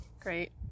Great